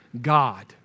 God